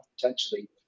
potentially